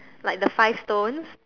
like the five stones